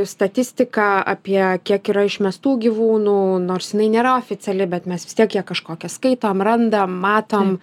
statistika apie kiek yra išmestų gyvūnų nors jinai nėra oficiali bet mes vis tiek ją kažkokią skaitom randam matom